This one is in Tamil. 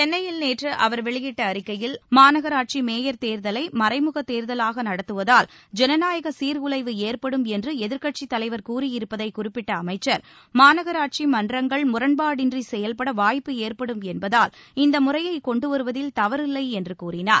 சென்னையில் நேற்று அவர் வெளியிட்ட அறிக்கையில் மாநகராட்சி மேயர் தேர்தலை மறைமுகத் தேர்தலாக நடத்துவதால் ஜனநாயக சீர்குலைவு ஏற்படும் என்று எதிர்க்கட்சித் தலைவர் கூறியிருப்பதை கட்டிக்காட்டிய அமைச்சர் மாநகராட்சி மன்றங்கள் முரண்பாடின்றி செயல்பட வாய்ப்பு ஏற்படும் என்பதால் இந்த முறையைக் கொண்டு வருவதில் தவறில்லை என்று கூறினார்